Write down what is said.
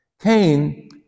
Cain